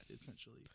essentially